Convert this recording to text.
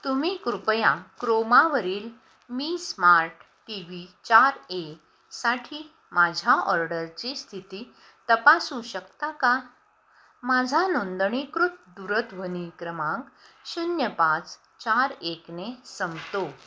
तुम्ही कृपया क्रोमावरील मी स्मार्ट टी व्ही चार ए साठी माझ्या ऑर्डरची स्थिती तपासू शकता का माझा नोंदणीकृत दूरध्वनी क्रमांक शून्य पाच चार एकने संपतो